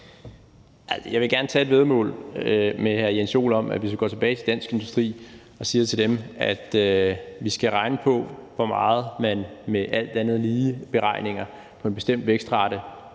Jeg vil gerne tage et væddemål med hr. Jens Joel om, at hvis vi går tilbage til Dansk Industri og siger til dem, at vi skal regne på, hvor meget man med en alt andet lige-beregning på en bestemt vækstrate